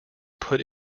put